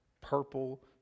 purple